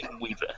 weaver